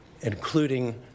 including